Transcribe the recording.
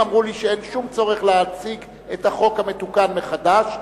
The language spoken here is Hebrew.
אמרו לי שאין שום צורך להציג את החוק המתוקן מחדש,